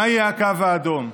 מה יהיה הקו האדום?